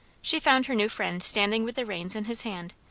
she found her new friend standing with the reins in his hand,